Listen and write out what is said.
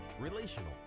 relational